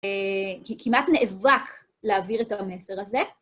כי כמעט נאבק להעביר את המסר הזה.